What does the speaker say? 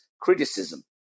criticism